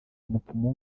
umupfumu